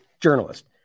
journalist